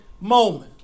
moment